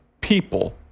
people